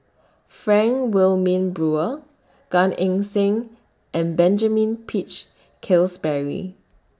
Frank Wilmin Brewer Gan Eng Seng and Benjamin Peach Keasberry